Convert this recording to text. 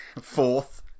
fourth